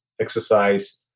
exercise